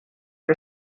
for